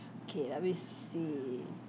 okay let me see